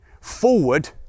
forward